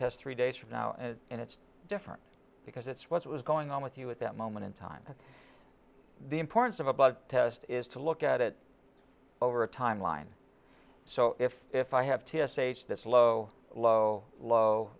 test three days from now and it's different because it's what was going on with you at that moment in time the importance of about test is to look at it over a timeline so if if i have t s h this low low low